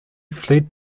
fled